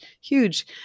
huge